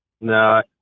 no